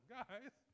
guys